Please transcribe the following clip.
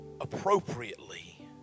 appropriately